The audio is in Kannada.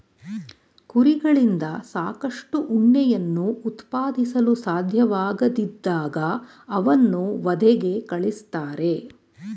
ಕುರಿಗಳಿಂದ ಸಾಕಷ್ಟು ಉಣ್ಣೆಯನ್ನು ಉತ್ಪಾದಿಸಲು ಸಾಧ್ಯವಾಗದಿದ್ದಾಗ ಅವನ್ನು ವಧೆಗೆ ಕಳಿಸ್ತಾರೆ